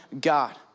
God